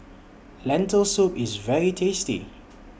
Lentil Soup IS very tasty